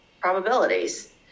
probabilities